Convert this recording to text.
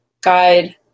guide